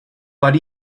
but